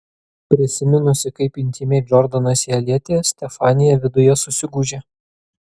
prisiminusi kaip intymiai džordanas ją lietė stefanija viduje susigūžė